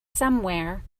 somewhere